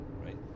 right